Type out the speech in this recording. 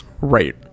right